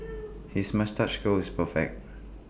his moustache curl is perfect